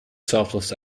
selfless